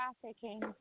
trafficking